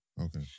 Okay